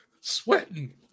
Sweating